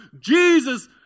Jesus